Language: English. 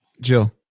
Jill